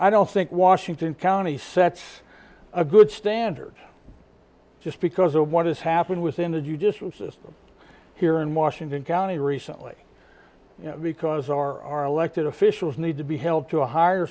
i don't think washington county sets a good standard just because of what has happened within the due district system here in washington county recently because our elected officials need to be held to a higher